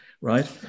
right